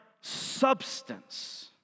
substance